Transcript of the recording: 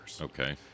Okay